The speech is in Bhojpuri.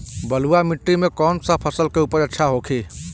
बलुआ मिट्टी में कौन सा फसल के उपज अच्छा होखी?